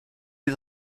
les